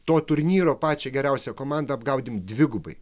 to turnyro pačią geriausią komandą abgaudėm dvigubai